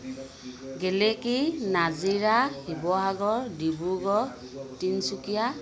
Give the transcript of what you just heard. Geleki Nazira Sivasagar Dibrugarh Tinsukia